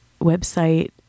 website